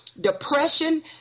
Depression